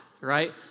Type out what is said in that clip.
right